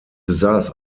besaß